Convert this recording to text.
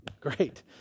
Great